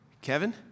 Kevin